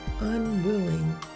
unwilling